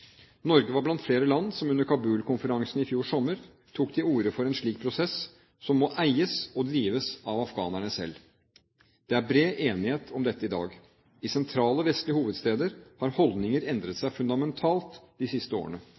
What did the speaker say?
Norge var blant flere land som under Kabul-konferansen i fjor sommer tok til orde for en slik prosess, som må eies og drives av afghanerne selv. Det er bred enighet om dette i dag. I sentrale vestlige hovedsteder har holdninger endret seg fundamentalt de siste årene.